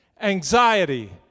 anxiety